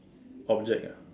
object ah